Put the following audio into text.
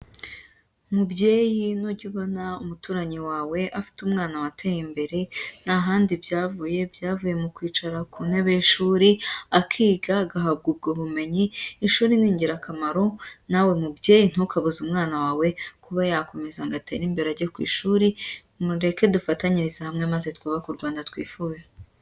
Mubyeyi nujya ubona umuturanyi wawe afite umwana wateye imbere, nta handi byavuye byavuye mu kwicara ku ntebe y'ishuri, akiga agahabwa ubwo bumenyi, ishuri ni ingirakamaro nawe mubyeyi ntukabuze umwana wawe kuba yakomeza ngo atere imbere, ajye ku ishuri, mureke dufatanyirize hamwe maze twubake u Rwanda twifuza.